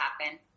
happen